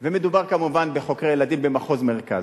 מדובר, כמובן, בחוקרי ילדים במחוז מרכז.